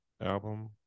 album